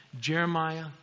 Jeremiah